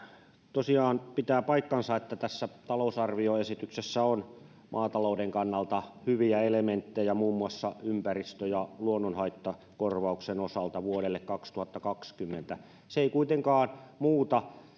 tosiaan pitää paikkansa että tässä talousarvioesityksessä on maatalouden kannalta hyviä elementtejä muun muassa ympäristö ja luonnonhaittakorvauksen osalta vuodelle kaksituhattakaksikymmentä se ei kuitenkaan muuta